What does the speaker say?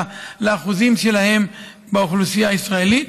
לאחוזים שלהם באוכלוסייה הישראלית.